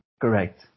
Correct